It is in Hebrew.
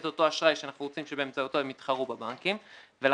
אותו אשראי שאנחנו רוצים שבאמצעותו הם יתחרו בבנקים ולכן,